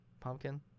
Pumpkin